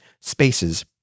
spaces